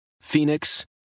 Phoenix